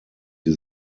die